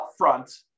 upfront